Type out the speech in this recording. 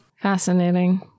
Fascinating